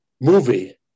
movie